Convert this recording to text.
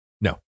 no